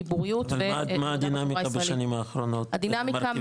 חיבוריות והחברה הישראלית.